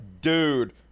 dude